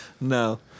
No